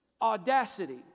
audacity